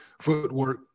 footwork